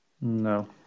No